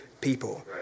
people